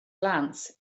glance